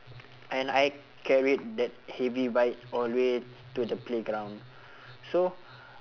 and I carried that heavy bike all the way to the playground so